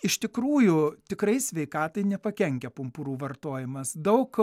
iš tikrųjų tikrai sveikatai nepakenkia pumpurų vartojimas daug